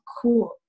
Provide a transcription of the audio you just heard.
Cool